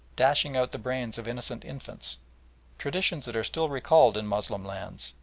dashing out the brains of innocent infants traditions that are still recalled in moslem lands,